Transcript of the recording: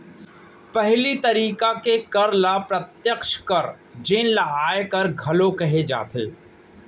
पहिली तरिका के कर ल प्रत्यक्छ कर जेन ल आयकर घलोक कहे जाथे